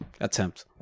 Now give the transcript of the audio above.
attempt